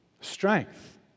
strength